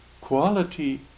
quality